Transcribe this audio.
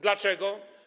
Dlaczego?